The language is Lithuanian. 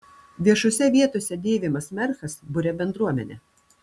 viešose vietose dėvimas merchas buria bendruomenę